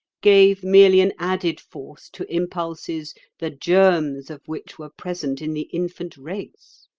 gave merely an added force to impulses the germs of which were present in the infant race.